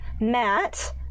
matt